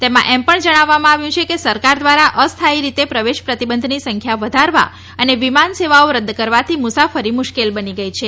તેમાં એમ પણ જણાવવામાં આવ્યું છે કે સરકાર દ્વારા અસ્થાયી રીતે પ્રવેશ પ્રતિબંધની સંખ્યા વધારવા અને વિમાન સેવાઓ રદ કરવાથી મુસાફરી મુશ્કેલ બની ગઇ છે